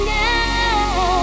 now